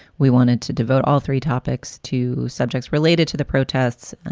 we wanted to devote all three topics to subjects related to the protests